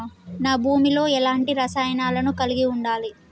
నా భూమి లో ఎలాంటి రసాయనాలను కలిగి ఉండాలి?